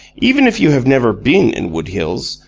even if you have never been in wood hills,